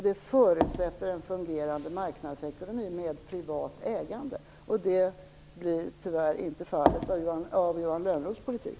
Det förutsätter en fungerande marknadsekonomi med privat ägande. Det blir tyvärr inte fallet med Johan Lönnroths politik.